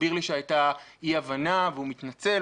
הסביר לי שהייתה אי הבנה והוא מתנצל.